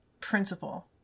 principle